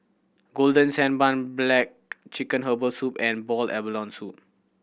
Golden Sand Bun black chicken herbal soup and boiled abalone soup